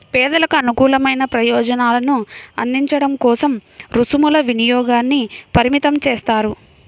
పేదలకు అనుకూలమైన ప్రయోజనాలను అందించడం కోసం రుసుముల వినియోగాన్ని పరిమితం చేస్తారు